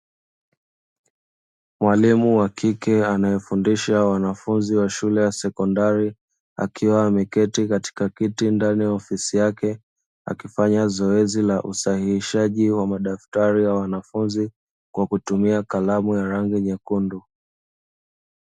Mwalimu wa kike anayefundisha wanafunzi wa shule ya sekondari, akiwa ameketi katika kiti ndani ya ofisi yake, akifanya zoezi la usahihishaji wa madaftari ya wanafunzi kwa kutumia kalamu ya rangi nyekundu.